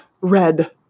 Red